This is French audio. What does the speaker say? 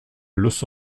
los